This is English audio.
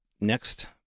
next